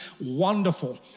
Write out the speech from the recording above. wonderful